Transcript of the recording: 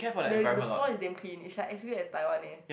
the the floor is damn clean is like as sweep as Taiwan eh